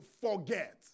forget